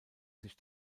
sich